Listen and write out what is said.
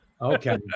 Okay